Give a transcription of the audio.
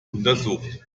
untersucht